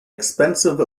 expensive